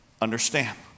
understand